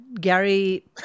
Gary